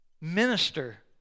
minister